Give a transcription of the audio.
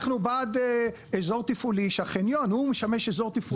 לכן אנחנו בעד אזור תפעולי שהחניון הוא משמש אזור תפעולי.